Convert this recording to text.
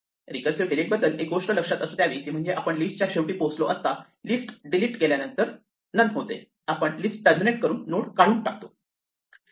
recursive delete बद्दल एक गोष्ट लक्षात असू द्यावी ती म्हणजे आपण लिस्टच्या शेवटी पोहोचलो असता लिस्ट डिलीट केल्यानंतर लिस्ट नन होते आपण लिस्ट टर्मिनेट करून नोड काढून टाकतो